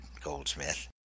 Goldsmith